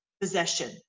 possession